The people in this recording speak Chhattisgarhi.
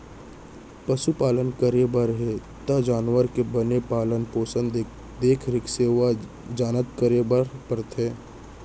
पसु पालन करे बर हे त जानवर के बने पालन पोसन, देख रेख, सेवा जनत करे बर परथे